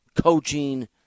Coaching